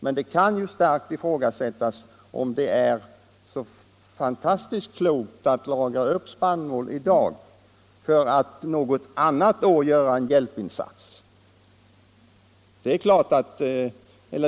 Men det kan starkt ifrågasättas om det är så särskilt klokt att lagra upp spannmål i dag för att senare göra en hjälpinsats.